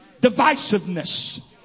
Divisiveness